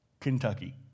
Kentucky